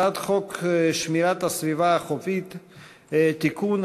הצעת חוק שמירת הסביבה החופית (תיקון,